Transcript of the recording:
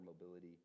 mobility